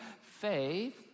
faith